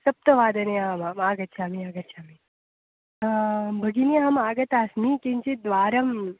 सप्तवादने वा आगच्छाम् आगच्छामि भगिनी अहम् आगता अस्मि किञ्चित् द्वारं